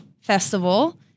festival